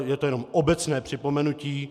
Je to jenom obecné připomenutí.